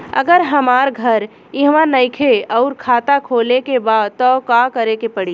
अगर हमार घर इहवा नईखे आउर खाता खोले के बा त का करे के पड़ी?